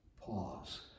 pause